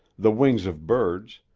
the wings of birds,